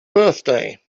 birthday